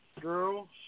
girl